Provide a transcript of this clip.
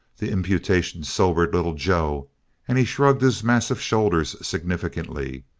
the imputation sobered little joe and he shrugged his massive shoulders significantly.